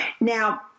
Now